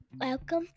Welcome